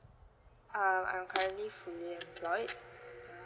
um I'm currently fully employed